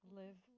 live